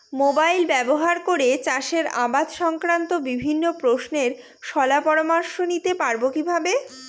Mobile ব্যাবহার করে চাষের আবাদ সংক্রান্ত বিভিন্ন প্রশ্নের শলা পরামর্শ নিতে পারবো কিভাবে?